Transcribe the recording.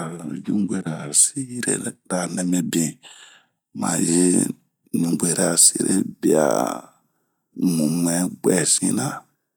baɲubwerasirera nɛmibin mayin serebwua ɲwuɲɛgwɛsina